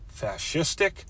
fascistic